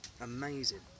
amazing